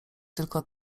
tylko